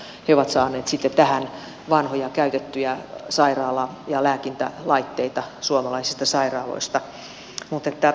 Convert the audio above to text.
he ovat saaneet tähän vanhoja käytettyjä sairaala ja lääkintälaitteita suomalaisista sairaaloista